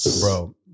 Bro